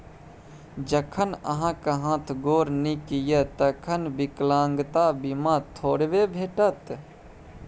जखन अहाँक हाथ गोर नीक यै तखन विकलांगता बीमा थोड़बे भेटत?